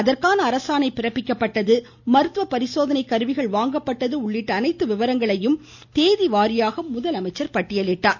அதற்கான அரசாணை பிறப்பிக்கப்பட்டது மருத்துவ பரிசோதனை கருவிகள் வாங்கப்பட்டது உள்ளிட்ட அனைத்து விபரங்களையும் தேதி வாரியாக பட்டியலிட்டார்